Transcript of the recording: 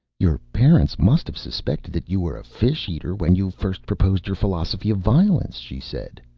your parents must have suspected that you were a fish eater when you first proposed your philosophy of violence? she said.